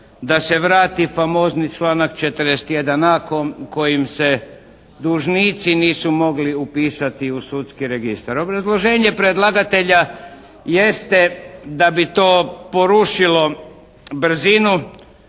da se vrati famozni članak 41.a. kojim se dužnici nisu mogli upisati u Sudski registar. Obrazloženje predlagatelja jeste da bi to porušilo brzinu,